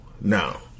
now